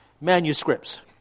manuscripts